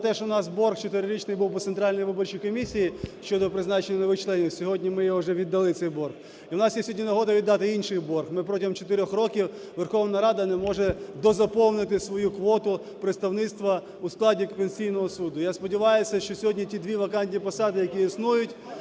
те, що у нас борг 4-річний був по Центральній виборчій комісії щодо призначення нових членів, сьогодні ми його вже віддали, цей борг. І у нас є сьогодні нагода віддати інший борг. Ми протягом 4 років, Верховна Рада не може дозаповнити свою квоту представництва у складі Конституційного Суду. Я сподіваюсь, що сьогодні ті дві вакантні посади, які існують,